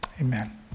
Amen